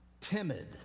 timid